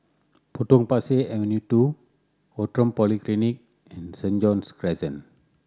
Potong Pasir Avenue Two Outram Polyclinic and Saint John's Crescent